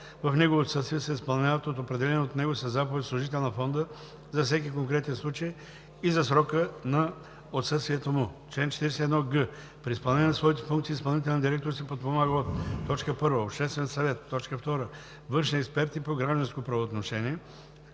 в негово отсъствие се изпълняват от определен от него със заповед служител на фонда за всеки конкретен случай и за срока на отсъствието му. Чл. 41г. При изпълнение на своите функции изпълнителният директор се подпомага от: 1. Обществен съвет; 2. външни експерти по гражданско правоотношение.